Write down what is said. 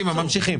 ממשיכים.